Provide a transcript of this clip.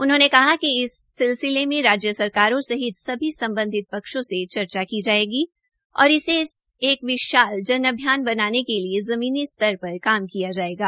उन्होंने कहा कि इस सिलसिले में राज्य सरकारों सहित सभी सम्बधित पक्षों से चर्चा की जायेगी और इसे एक विशाल जन अभियान बनाने के लिए ज़मीनी स्तर पर काम किया जायेगा